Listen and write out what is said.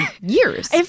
years